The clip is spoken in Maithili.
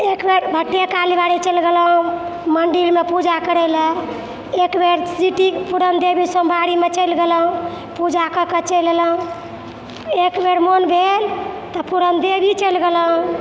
एक बेर भट्ठे कालीबाड़ी चलि गेलहुँ मन्दिरमे पूजा करैलए एकबेर सिटी पूरन देवी सोमवारीमे चलि गेलहुँ पूजा कऽ कऽ चलि अएलहुँ एकबेर मोन भेल तऽ पूरन देवी चलि गेलहुँ